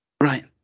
right